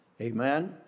Amen